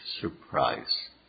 surprise